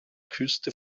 küste